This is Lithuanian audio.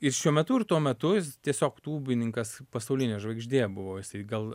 ir šiuo metu ir tuo metu jis tiesiog tūbininkas pasaulinė žvaigždė buvo jisai gal